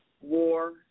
war